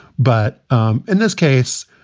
but um in this case,